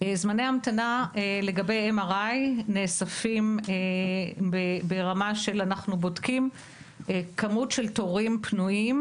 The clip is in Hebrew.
זמני ההמתנה לגבי MRI נאספים ברמה שאנחנו בודקים כמות של תורים פנויים,